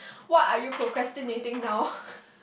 what are you procrastinating now